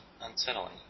unsettling